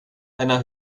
einer